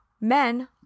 men